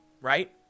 right